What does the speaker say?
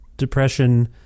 depression